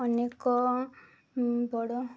ଅନେକ ବଡ଼